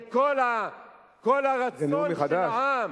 שכל הרצון של העם